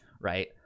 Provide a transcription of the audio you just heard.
right